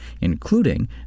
including